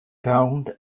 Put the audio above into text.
found